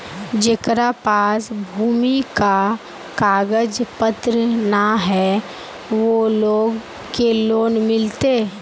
जेकरा पास भूमि का कागज पत्र न है वो लोग के लोन मिलते?